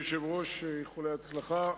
אדוני היושב-ראש, איחולי הצלחה.